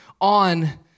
on